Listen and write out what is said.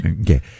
Okay